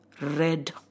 red